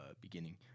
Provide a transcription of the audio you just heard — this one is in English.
beginning